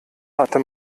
hatte